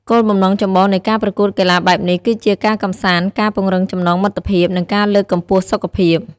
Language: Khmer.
គោលបំណងចម្បងនៃការប្រកួតកីឡាបែបនេះ គឺជា ការកម្សាន្ត ការពង្រឹងចំណងមិត្តភាព និងការលើកកម្ពស់សុខភាព។